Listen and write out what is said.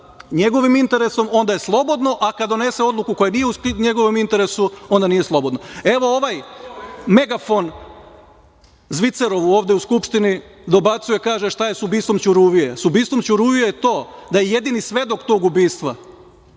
njegovim interesom onda je slobodno, a kada donese odluku koja nije u njegovom interesu onda nije slobodno. Evo ovaj megafon Zvicerov ovde u Skupštini dobacuje, šta je sa ubistvom Ćuruvije. Sa ubistvom Ćuruvije je to da je jedini svedok tog ubistva